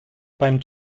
beim